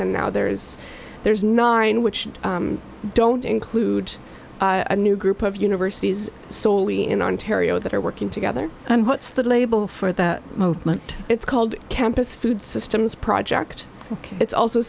and now there's there's nine which don't include a new group of universities solely in ontario that are working together and what's the label for the movement it's called campus food systems project it's also